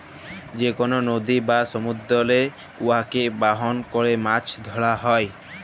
যে কল লদী বা সমুদ্দুরেল্লে উয়াকে বাহল ক্যরে মাছ ধ্যরা হ্যয়